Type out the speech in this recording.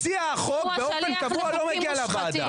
מציע החוק באופן קבוע לא מגיע לוועדה.